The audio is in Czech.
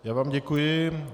Já vám děkuji.